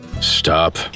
Stop